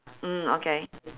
mm okay